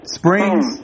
springs